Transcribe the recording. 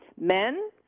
men